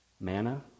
Manna